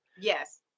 Yes